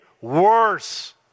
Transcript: worse